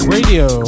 Radio